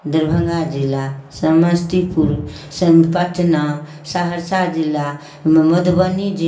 दरभङ्गा जिला समस्तीपुर सम पटना सहरसा जिला मधुबनी जि